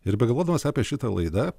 ir begalvodamas apie šitą laidą